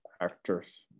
actors